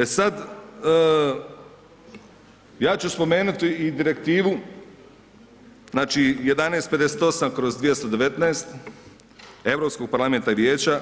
E sad ja ću spomenuti i Direktivu znači 1158/2019 Europskog parlamenta i Vijeća